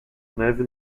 neve